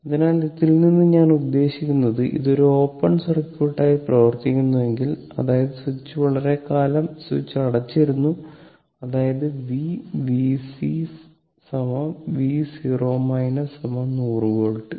അതിനാൽ ഇതിൽ നിന്ന് ഞാൻ ഉദ്ദേശിക്കുന്നത് ഇത് ഒരു ഓപ്പൺ സർക്യൂട്ടായി പ്രവർത്തിക്കുന്നുവെങ്കിൽ അതായത് വളരെക്കാലം സ്വിച്ച് അടച്ചിരുന്നു അതായത് V Vc V 100 വോൾട്ട്